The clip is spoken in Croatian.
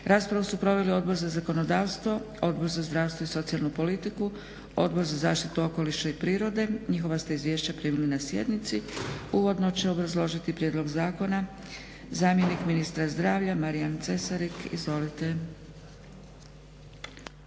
Raspravu su proveli Odbor za zakonodavstvo, Odbor za zdravstvo i socijalnu politiku, Odbor za zaštitu okoliša i prirode, njihova ste izvješća primili na sjednici. Uvodno će prijedlog zakona obrazložiti zamjenik ministra zdravlja Marijan Cesarik. Izvolite.